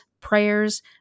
prayers